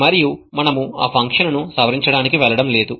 మరియు మనము ఆ ఫంక్షన్ను సవరించడానికి వెళ్ళడం లేదు